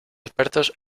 expertos